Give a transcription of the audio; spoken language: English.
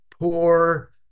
poor